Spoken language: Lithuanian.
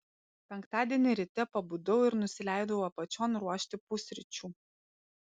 penktadienį ryte pabudau ir nusileidau apačion ruošti pusryčių